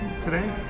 today